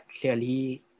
clearly